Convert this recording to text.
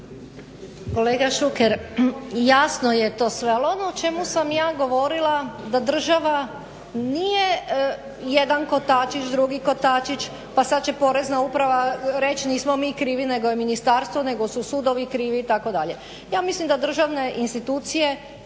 Kolega Šuker, jasno je to sve ali ono o čemu sam ja govorila da država nije jedan kotačić, drugi kotačić pa sad će porezna uprava reći nismo mi krivi nego je ministarstvo, nego su sudovi krivi itd. Ja mislim da državne institucije